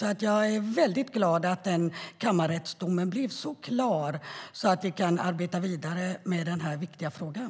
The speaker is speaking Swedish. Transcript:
Jag är alltså väldigt glad att kammarrättsdomen blev så klar att vi kan arbeta vidare med den här viktiga frågan.